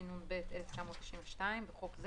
התשנ"ב מעל ל-25 1992 (בחוק זה